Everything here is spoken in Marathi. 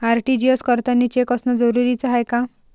आर.टी.जी.एस करतांनी चेक असनं जरुरीच हाय का?